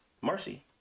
Marcy